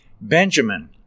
Benjamin